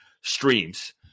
streams